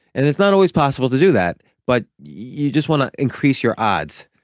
and it's not always possible to do that, but you just want to increase your odds